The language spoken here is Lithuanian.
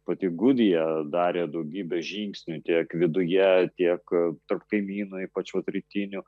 pati gudija darė daugybę žingsnių tiek viduje tiek tarp kaimynų ypač vat rytinių